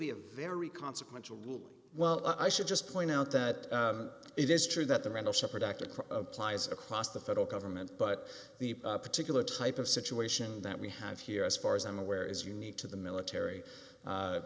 a very consequential well i should just point out that it is true that the rental shop productive plies across the federal government but the particular type of situation that we have here as far as i'm aware is unique to the military